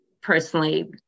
personally